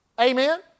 Amen